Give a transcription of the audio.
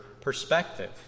perspective